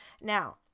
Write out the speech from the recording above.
Now